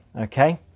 Okay